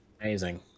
Amazing